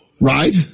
Right